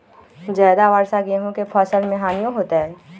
ज्यादा वर्षा गेंहू के फसल मे हानियों होतेई?